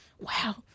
wow